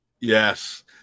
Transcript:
Yes